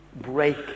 break